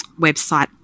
website